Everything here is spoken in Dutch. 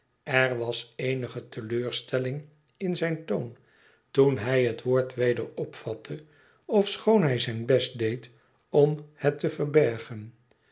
er was eenige teleurstelling in zijn toon toen hij het woord weder opvatte ofschoon hij zijn best deed om het te verbergen